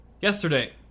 yesterday